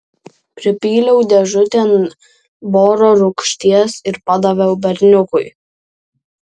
pripyliau dėžutėn boro rūgšties ir padaviau berniukui